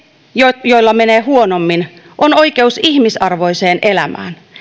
joilla menee huonommin on oikeus ihmisarvoiseen elämään